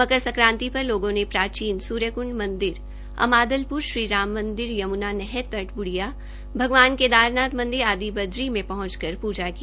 मंकर संक्रांति पर लोगों ने प्राचीन स्र्यक्ंड मंदिरअमादलप्र श्री राम मंदिर यमुना नहर तट बूडिया भगवान केदारनाथ मंदिर आदी बद्रीनाथ में पहंच कर पूजा की